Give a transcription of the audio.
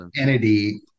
entity